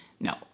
No